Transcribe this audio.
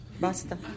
Basta